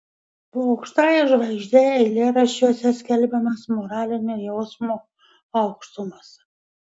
po aukštąja žvaigžde eilėraščiuose skelbiamas moralinio jausmo aukštumas